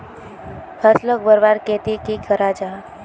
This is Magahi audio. फसलोक बढ़वार केते की करा जाहा?